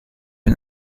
and